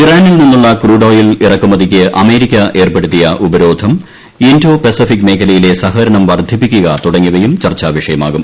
ഇറാനിൽ നിന്നുള്ള ക്രൂഡോയിൽ ഇറക്കുമതിക്ക് അമേരിക്ക ഏർപ്പെടുത്തിയ ഉപരോധം ഇന്തോ പെസഫിക് മേഖലയിലെ സഹകരണം വർദ്ധിപ്പിക്കുക തുടങ്ങിയവയും ചർച്ചാവിഷയമാകും